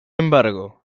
embargo